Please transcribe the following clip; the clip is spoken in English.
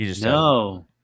No